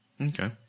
Okay